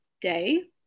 day